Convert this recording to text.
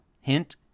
Hint